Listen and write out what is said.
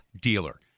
dealer